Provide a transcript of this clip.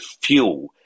fuel